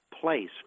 place